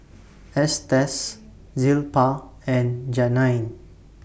Estes Zilpah and Janine